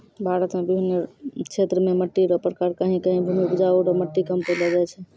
भारत मे बिभिन्न क्षेत्र मे मट्टी रो प्रकार कहीं कहीं भूमि उपजाउ रो मट्टी कम पैलो जाय छै